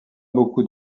beaucoup